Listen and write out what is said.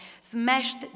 smashed